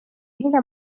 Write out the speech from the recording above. hilja